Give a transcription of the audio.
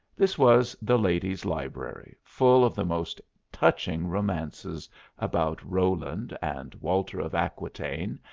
this was the ladies' library, full of the most touching romances about roland, and walter of aquitaine,